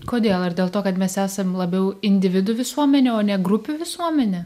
kodėl ar dėl to kad mes esam labiau individų visuomenė o ne grupių visuomenė